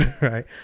Right